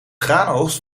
graanoogst